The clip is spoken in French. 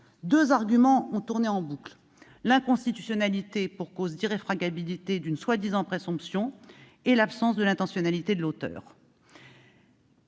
Deux arguments ont tourné en boucle : l'inconstitutionnalité pour cause d'irréfragabilité d'une prétendue présomption et l'absence de l'intentionnalité de l'auteur.